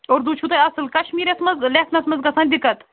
اُردو چھُو تۄہہِ اَصٕل کشمیٖریَس منٛز لٮ۪کھنس منٛز گژھان دِقعت